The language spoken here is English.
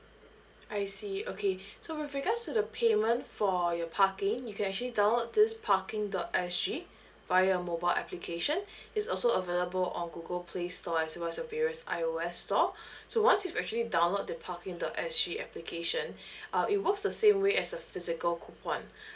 I see okay so with regards to the payment for your parking you can actually download this parking dot S G via mobile application it's also available on google play store as well as the various I_O_S store so once you've actually download the parking dot S G application uh it works the same way as a physical coupon